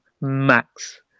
Max